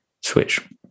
switch